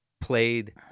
played